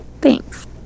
Thanks